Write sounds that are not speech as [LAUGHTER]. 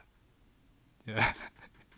[LAUGHS]